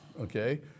okay